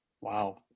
Wow